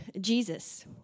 Jesus